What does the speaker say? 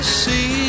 see